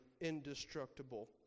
indestructible